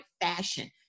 fashion